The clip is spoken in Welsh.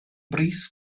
bris